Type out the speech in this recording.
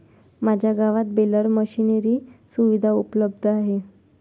माझ्या गावात baler machinery सुविधा उपलब्ध आहे